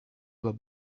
doit